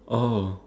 oh